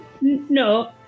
No